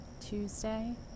Tuesday